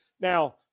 Now